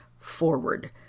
forward